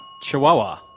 Chihuahua